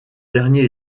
dernier